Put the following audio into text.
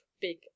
big